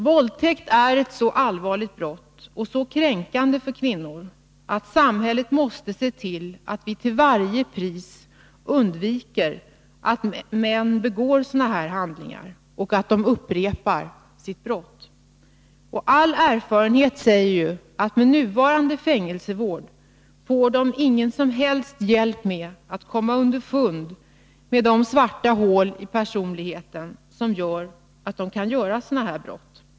Våldtäkt är ett så allvarligt brott och så kränkande för kvinnor att samhället måste se till att det till varje pris hindras att män begår sådana handlingar och upprepar sitt brott. All erfarenhet säger ju att de intagna med nuvarande fängelsevård inte får någon som helst hjälp med att komma underfund med de svarta hål i personligheten som gör att de kan begå sådana här brott.